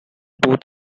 both